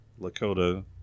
Lakota